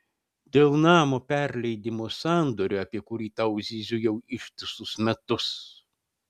dėl namo perleidimo sandorio apie kurį tau zyziu jau ištisus metus